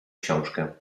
książkę